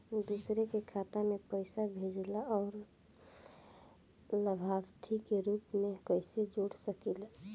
दूसरे के खाता में पइसा भेजेला और लभार्थी के रूप में कइसे जोड़ सकिले?